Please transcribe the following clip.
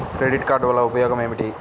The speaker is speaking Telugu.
క్రెడిట్ కార్డ్ వల్ల ఉపయోగం ఏమిటీ?